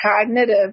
cognitive